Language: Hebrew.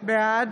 בעד